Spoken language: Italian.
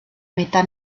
metà